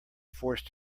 forced